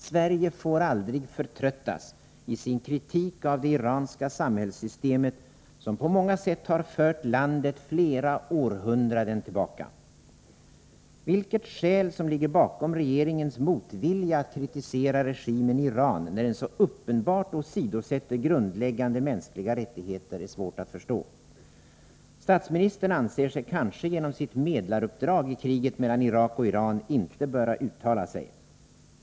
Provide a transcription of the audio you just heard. Sverige får aldrig förtröttas i sin kritik mot det iranska samhällssystemet, som på många sätt fört landet flera århundraden tillbaka. Vilket skäl som ligger bakom regeringens motvilja att kritisera regimen i Iran, när den så uppenbart åsidosätter grundläggande mänskliga rättigheter, är svårt att förstå. Statsminister Palme anser sig kanske genom sitt medlaruppdrag i kriget mellan Irak och Iran inte böra uttala sig.